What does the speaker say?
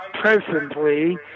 presently